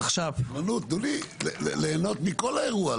תנו לי ליהנות מכל האירוע,